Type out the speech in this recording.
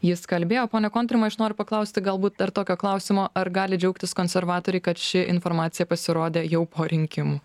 jis kalbėjo pone kontrimai aš noriu paklausti galbūt dar tokio klausimo ar gali džiaugtis konservatoriai kad ši informacija pasirodė jau po rinkimų